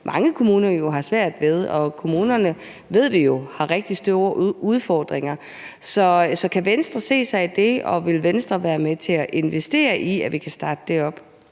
mange kommuner jo har svært ved. Kommunerne ved vi jo har rigtig store udfordringer. Så kan Venstre se sig i det? Og vil Venstre være med til at investere i, at vi kan starte det op?